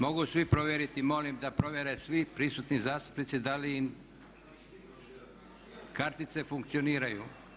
Mogu svi provjeriti, molim da provjere svi prisutni zastupnici da li im kartice funkcioniraju.